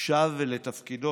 שב לתפקידו